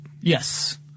Yes